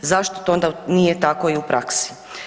Zašto to onda nije tako i u praksi?